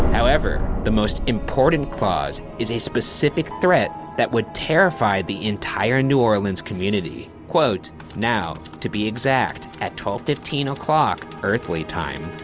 however, the most important clause, is a specific threat that would terrify the entire new orleans community. quote now, to be exact, at twelve fifteen o'clock, earthly time,